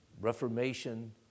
reformation